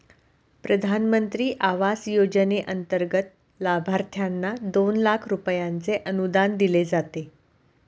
प्रधानमंत्री आवास योजनेंतर्गत लाभार्थ्यांना दोन लाख रुपयांचे अनुदान दिले जाते